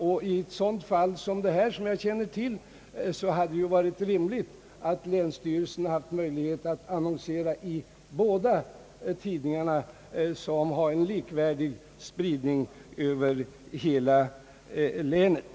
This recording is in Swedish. I ett sådant fall som detta hade det varit rimligt att länsstyrelsen hade haft möjlighet att annonsera i båda tidningarna vilka har en likvärdig spridning över hela länet.